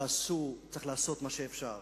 צריך לעשות מה שאפשר